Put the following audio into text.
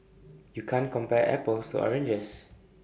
you can't compare apples to oranges